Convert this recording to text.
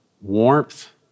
warmth